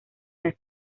las